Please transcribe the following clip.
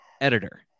Editor